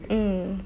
mm